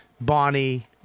Bonnie